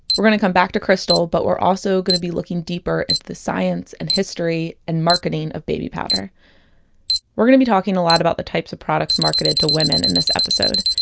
we're going to come back to krystal, but we're also going to be looking deeper in the science and history and marketing of baby powder we're gonna be talking a lot about the types of products marketed to women in this episode,